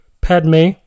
Padme